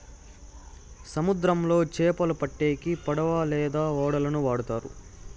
సముద్రంలో చాపలు పట్టేకి పడవ లేదా ఓడలను వాడుతారు